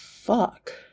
Fuck